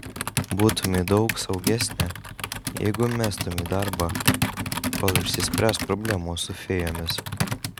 būtumei daug saugesnė jeigu mestumei darbą kol išsispręs problemos su fėjomis